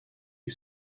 you